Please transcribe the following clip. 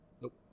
nope